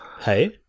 Hey